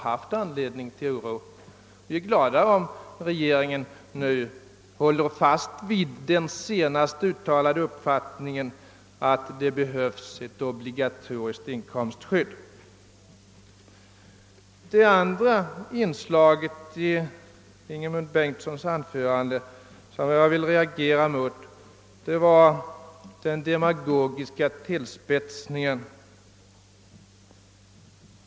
Jag är glad om regeringen nu håller fast vid sin senast uttalade uppfattning, att det behövs ett obligatoriskt inkomstskydd. Det andra inslaget i herr Bengissons i Varberg anförande som jag reagerade emot var den demagogiska tillspeisningen.